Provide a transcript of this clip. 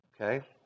Okay